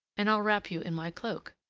and i'll wrap you in my cloak.